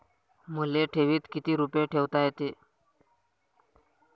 मले ठेवीत किती रुपये ठुता येते?